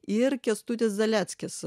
ir kęstutis zaleckis